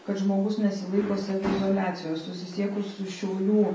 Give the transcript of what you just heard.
kad žmogus nesilaiko saviizoliacijos susisiekus su šiaulių